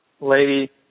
Lady